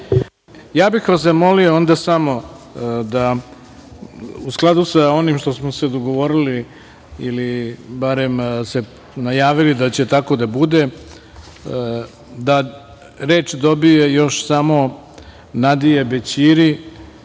bih vas zamolio onda samo da, u skladu sa onim što smo se dogovorili ili barem najavili da će tako da bude, reč dobije još samo Nadija Bećiri,